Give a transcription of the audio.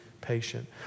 patient